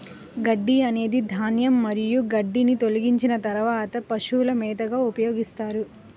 గడ్డి అనేది ధాన్యం మరియు గడ్డిని తొలగించిన తర్వాత పశువుల మేతగా ఉపయోగిస్తారు